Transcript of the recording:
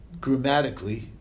grammatically